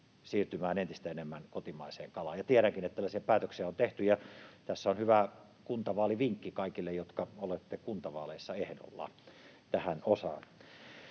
siirtymään entistä enemmän kotimaiseen kalaan, ja tiedänkin, että tällaisia päätöksiä on tehty. Tässä on hyvä kuntavaalivinkki kaikille teille, jotka olette kuntavaaleissa ehdolla, tähän osaan.